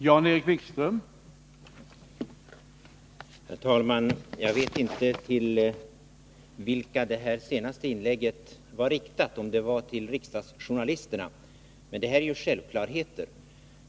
Herr talman! Jag vet inte till vilka det senaste inlägget var riktat, om det var riktat till riksdagsjournalisterna — det här är ju självklarheter.